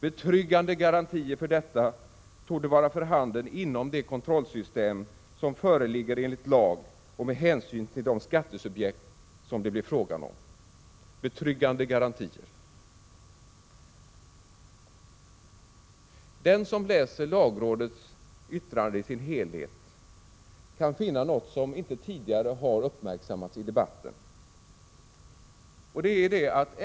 Betryggande garantier för detta torde vara för handen inom ramen för det kontrollsystem som föreligger enligt lag och med hänsyn till de skattesubjekt som det blir fråga om.” Betryggande garantier, Knut Wachtmeister! Den som läser lagrådets yttrande i dess helhet kan finna något som inte uppmärksammats tidigare i debatten.